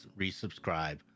resubscribe